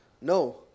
No